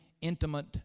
intimate